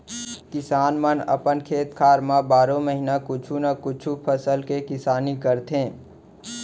किसान मन अपन खेत खार म बारो महिना कुछु न कुछु फसल के किसानी करथे